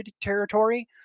territory